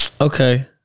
Okay